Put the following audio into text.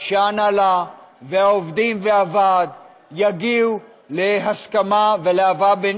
שההנהלה והעובדים והוועד יגיעו להסכמה ולאהבה,